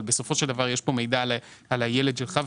אבל בסופו של דבר יש פה מידע על הילד שלך.